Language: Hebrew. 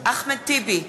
אחמד טיבי,